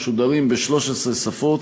משודרים ב-13 שפות.